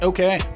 Okay